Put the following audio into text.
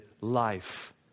life